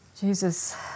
Jesus